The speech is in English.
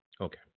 Okay